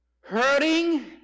Hurting